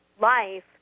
life